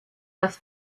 das